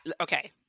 Okay